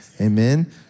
amen